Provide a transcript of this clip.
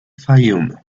fayoum